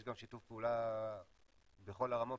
יש גם שיתוף פעולה בכל הרמות,